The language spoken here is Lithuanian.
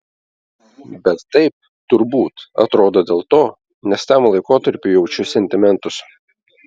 bet taip turbūt atrodo dėl to nes tam laikotarpiui jaučiu sentimentus